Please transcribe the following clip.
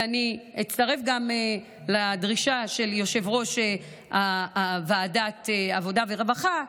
ואני אצטרף גם לדרישה של יושב-ראש ועדת העבודה והרווחה,